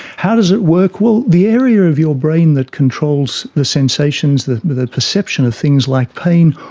how does it work? well, the area of your brain that controls the sensations, the the perception of things like pain,